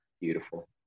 beautiful